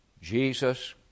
Jesus